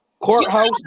Courthouse